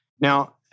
Now